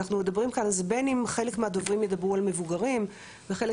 אז בין אם חלק מהדוברים ידברו על מבוגרים וחלק